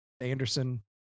anderson